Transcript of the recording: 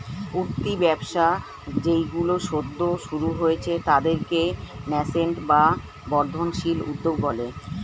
উঠতি ব্যবসা যেইগুলো সদ্য শুরু হয়েছে তাদেরকে ন্যাসেন্ট বা বর্ধনশীল উদ্যোগ বলে